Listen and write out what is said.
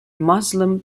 muslim